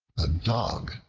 a dog,